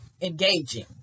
engaging